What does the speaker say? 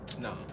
No